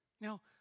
Now